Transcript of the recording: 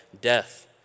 death